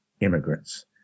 immigrants